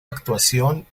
actuación